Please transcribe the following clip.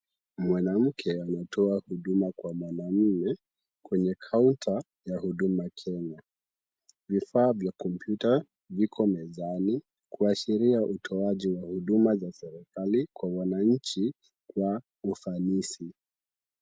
Mwanamke anatoa huduma kwa mwanaume kwenye counter ya huduma Kenya. Vifaa vya kompyuta viko mezani kuashiria utoaji wa huduma za serikali kwa wananchi kwa ufanisi.